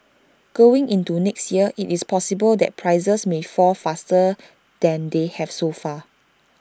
going into next year IT is possible that prices may fall faster than they have so far